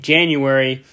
January